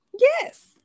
Yes